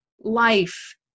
life